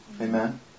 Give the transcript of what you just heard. Amen